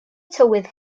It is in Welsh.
tywydd